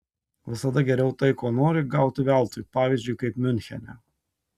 visada geriau tai ko nori gauti veltui pavyzdžiui kaip miunchene